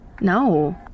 No